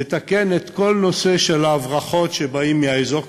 יתקן את כל הנושא של ההברחות שבאות מהאזור,